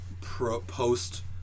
post-